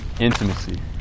Intimacy